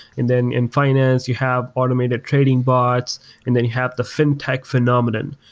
and then in finance, you have automated trading bots and then have the fin-tech phenomenon.